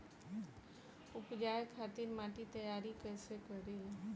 उपजाये खातिर माटी तैयारी कइसे करी?